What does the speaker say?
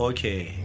Okay